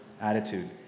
attitude